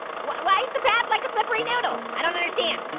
why why is the path like a slippery noodle? i don't understand.